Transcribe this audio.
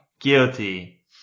Guilty